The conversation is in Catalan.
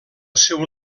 seu